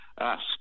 asked